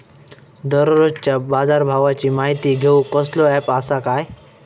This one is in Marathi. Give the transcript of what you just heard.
दररोजच्या बाजारभावाची माहिती घेऊक कसलो अँप आसा काय?